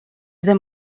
them